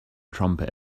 trumpet